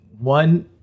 one